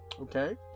Okay